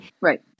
Right